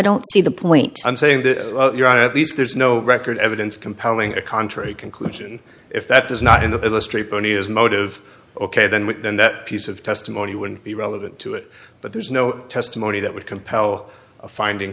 don't see the point i'm saying that you're at least there's no record evidence compelling a contrary conclusion if that does not in the illustrate tony is motive ok then with then that piece of testimony wouldn't be relevant to it but there's no testimony that would compel a finding